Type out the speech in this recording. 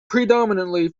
predominantly